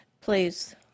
please